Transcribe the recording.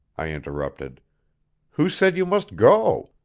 i interrupted who said you must go?